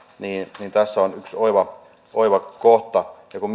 niin niin tässä on yksi oiva kohta ja kun